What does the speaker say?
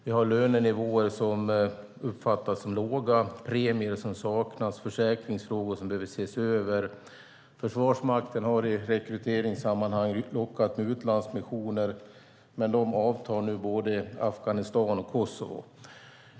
Vi har lönenivåer som uppfattas som låga, premier som saknas, försäkringsfrågor som behöver ses över. Försvarsmakten har i rekryteringssammanhang lockat med utlandsmissioner, men nu avtar de i både Afghanistan och Kosovo.